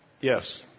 Yes